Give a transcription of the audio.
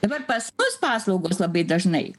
dabar pas mus paslaugos labai dažnai